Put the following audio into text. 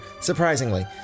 surprisingly